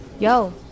Yo